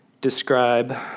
describe